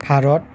Bharat